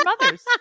mothers